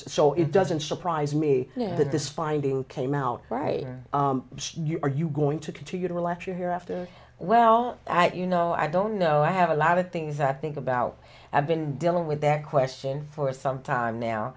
so it doesn't surprise me that this finding came out right or are you going to continue to a lecture here after well you know i don't know i have a lot of things i think about i've been dealing with that question for some time now